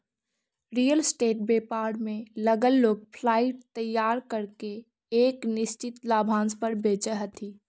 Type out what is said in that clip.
real estate व्यापार में लगल लोग फ्लाइट तैयार करके एक निश्चित लाभांश पर बेचऽ हथी